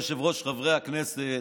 אדוני היושב-ראש, חברי הכנסת,